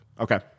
Okay